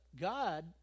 God